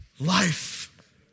life